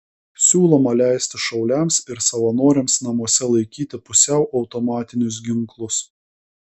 siūloma leisti šauliams ir savanoriams namuose laikyti pusiau automatinius ginklus